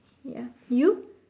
ya you